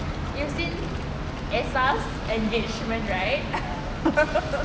you seen esah's engagement right